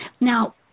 Now